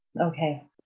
Okay